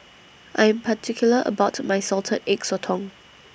I'm particular about My Salted Egg Sotong